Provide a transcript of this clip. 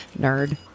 Nerd